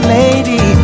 lady